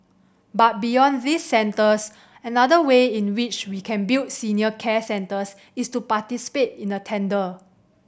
but beyond these centres another way in which we can build senior care centres is to participate in a tender